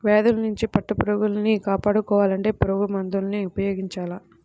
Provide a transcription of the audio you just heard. వ్యాధుల్నించి పట్టుపురుగుల్ని కాపాడుకోవాలంటే పురుగుమందుల్ని ఉపయోగించాల